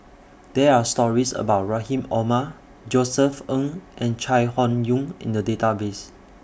There Are stories about Rahim Omar Josef Ng and Chai Hon Yoong in The Database